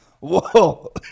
whoa